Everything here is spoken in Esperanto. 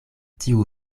tiu